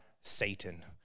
Satan